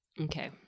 Okay